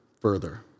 further